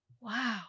Wow